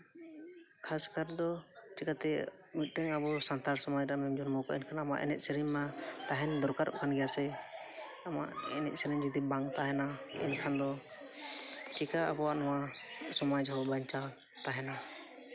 ᱠᱷᱟᱥ ᱠᱟᱨ ᱫᱚ ᱪᱤᱠᱟᱹᱛᱮ ᱟᱵᱚ ᱥᱟᱱᱛᱟᱲ ᱥᱚᱢᱟᱡᱽ ᱨᱮ ᱟᱢᱮᱢ ᱡᱚᱱᱢᱚ ᱠᱚᱜᱼᱟ ᱮᱱᱠᱷᱟᱱ ᱟᱢᱟᱜ ᱮᱱᱮᱡ ᱥᱮᱨᱮᱧ ᱢᱟ ᱛᱟᱦᱮᱱ ᱫᱚᱨᱠᱟᱨᱚᱜ ᱠᱟᱱ ᱜᱮᱭᱟ ᱥᱮ ᱟᱢᱟᱜ ᱮᱱᱮᱡ ᱥᱮᱨᱮᱧ ᱡᱩᱫᱤ ᱵᱟᱝ ᱛᱟᱦᱮᱱᱟ ᱮᱱᱠᱷᱟᱱ ᱫᱚ ᱪᱤᱠᱟ ᱟᱵᱚᱣᱟᱜ ᱱᱚᱣᱟ ᱥᱚᱢᱟᱡᱽ ᱦᱚᱸ ᱵᱟᱧᱪᱟᱣ ᱛᱟᱦᱮᱱᱟ